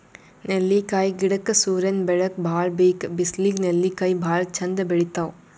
ನೆಲ್ಲಿಕಾಯಿ ಗಿಡಕ್ಕ್ ಸೂರ್ಯನ್ ಬೆಳಕ್ ಭಾಳ್ ಬೇಕ್ ಬಿಸ್ಲಿಗ್ ನೆಲ್ಲಿಕಾಯಿ ಭಾಳ್ ಚಂದ್ ಬೆಳಿತಾವ್